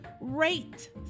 rate